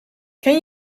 ken